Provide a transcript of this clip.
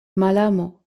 malamo